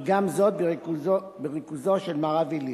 וגם זאת בריכוזו של מר אבי ליכט.